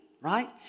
right